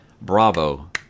Bravo